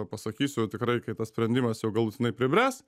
pasakysiu tikrai kai tas sprendimas jau galutinai pribręs